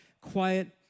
quiet